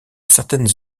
certaines